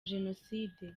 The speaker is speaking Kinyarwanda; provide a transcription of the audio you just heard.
jenoside